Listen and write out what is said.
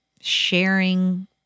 sharing